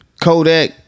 Kodak